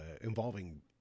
involving